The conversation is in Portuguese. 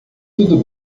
tudo